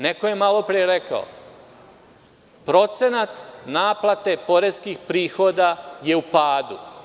Neko je malopre rekao – procenat naplate poreskih prihoda je u padu.